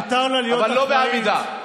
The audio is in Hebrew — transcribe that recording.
אבל לא בעמידה.